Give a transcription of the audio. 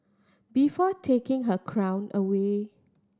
before taking her crown away